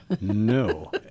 No